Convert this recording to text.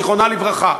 זיכרונה לברכה,